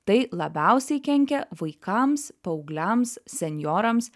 tai labiausiai kenkia vaikams paaugliams senjorams